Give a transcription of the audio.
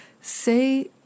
Say